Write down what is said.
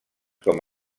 com